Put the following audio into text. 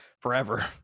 forever